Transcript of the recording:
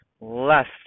Left